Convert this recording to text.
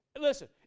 Listen